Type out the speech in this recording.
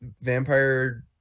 vampire